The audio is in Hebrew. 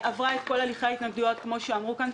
היא עברה את כל הליכי ההתנגדויות, כפי שאמרו כאן.